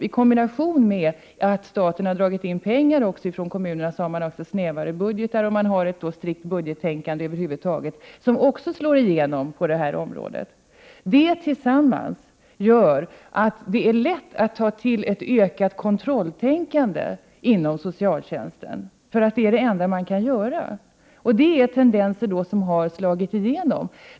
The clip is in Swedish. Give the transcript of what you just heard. I kombination med att staten har dragit in pengar från kommunerna har dessa haft snävare budgetar. Det finns över huvud taget ett strikt budgettänkande hos kommunerna, vilket också slår igenom på det här området. Allt detta gör att det ligger nära till hands med ökade kontroller inom socialtjänsten, eftersom det är den enda åtgärden man kan vidta. Detta är tendenser som har slagit igenom.